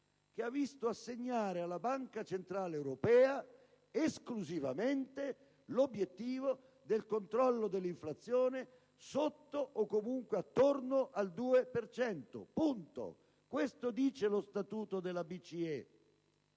che ha visto assegnare alla Banca centrale europea esclusivamente l'obiettivo del controllo dell'inflazione sotto o, comunque, attorno al due per cento. Punto! Questo prevede lo statuto della BCE.